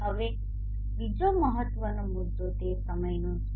હવે બીજો મહત્વનો મુદ્દો તે સમયનો છે